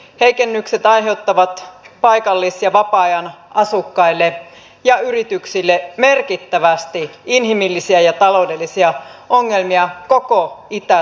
heikennykset aiheuttavat paikallis ja vapaa ajan asukkaille ja yrityksille merkittävästi inhimillisiä ja taloudellisia ongelmia koko itä suomessa